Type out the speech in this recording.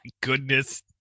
goodness